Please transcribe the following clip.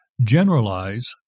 generalize